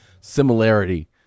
similarity